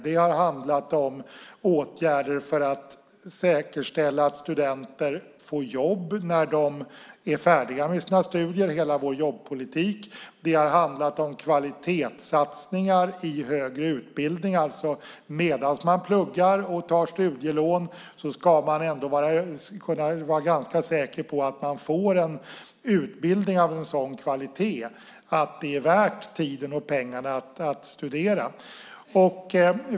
Det har handlat om åtgärder för att säkerställa att studenter får jobb när de är färdiga med sina studier. Hela vår jobbpolitik har handlat om kvalitetssatsningar i högre utbildningar. Medan man pluggar och tar studielån ska man kunna vara ganska säker på att man får en utbildning av sådan kvalitet att det är värt tiden och pengarna att studera.